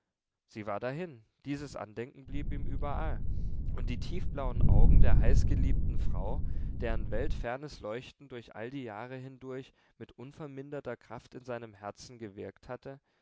sie war dahin dieses andenken blieb ihm überall und die tiefblauen augen der heißgeliebten frau deren weltfernes leuchten durch all die jahre hindurch mit unverminderter kraft in seinem herzen gewirkt hatte